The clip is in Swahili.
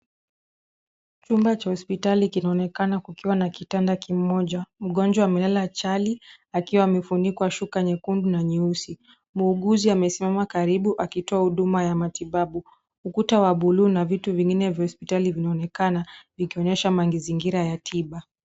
Chumba cha hospitali kinaonekana kukiwa na kitanda kimoja. Mgonjwa amelala chali, akiwa amefunikwa shuka nyekundu na nyeusi. Muuguzi amesimama karibu akitoa huduma ya matibabu. Ukuta wa buluu na vitu vingine vya hospitali vinaonekana vikionesha mangizingira ya tiba.